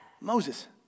Moses